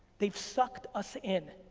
they've sucked us in.